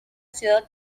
ciudad